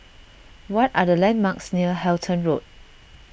what are the landmarks near Halton Road